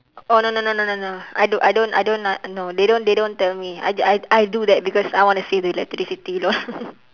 oh no no no no no I don't I don't I don't uh no they don't they don't tell me I just I I do that because I want to save the electricity lol